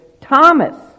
Thomas